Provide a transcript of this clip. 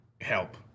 help